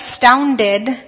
astounded